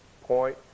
point